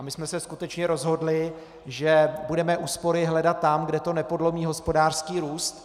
My jsme se skutečně rozhodli, že budeme úspory hledat tam, kde to nepodlomí hospodářský růst.